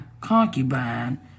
concubine